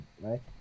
right